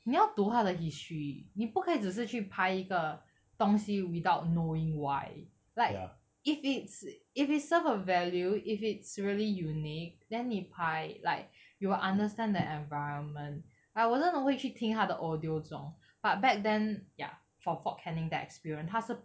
你要读他的 history 你不可以只是去拍一个东西 without knowing why like if it's if it serve a value if it's really unique then 你拍 like you will understand the environment I wasn't 我会去听他的 audio 种 but back then ya for fort canning that experience 他是